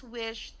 wish